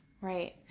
right